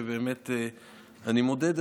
אני מודה,